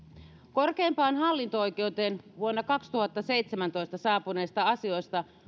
korkeimpaan hallinto oikeuteen vuonna kaksituhattaseitsemäntoista saapuneista asioista